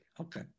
Okay